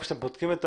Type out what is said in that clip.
כשאתם בודקים את